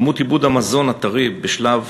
כמות איבוד המזון הטרי בשלב